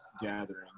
gathering